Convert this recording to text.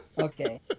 Okay